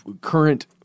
current –